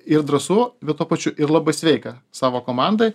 ir drąsu bet tuo pačiu ir labai sveika savo komandoj